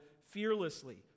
fearlessly